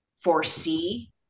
foresee